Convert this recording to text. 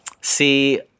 see